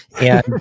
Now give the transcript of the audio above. and-